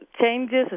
changes